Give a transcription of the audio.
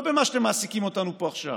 לא במה שאתם מעסיקים אותנו פה עכשיו.